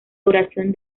duración